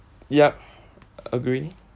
yup agree